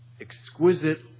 exquisite